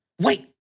Wait